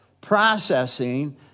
processing